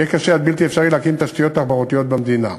יהיה קשה עד בלתי אפשרי להקים תשתיות תחבורתיות במדינה.